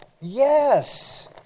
Yes